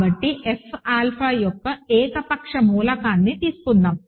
కాబట్టి F alpha యొక్క ఏకపక్ష మూలకాన్ని తీసుకుందాం